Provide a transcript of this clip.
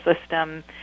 system